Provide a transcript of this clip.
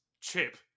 Chip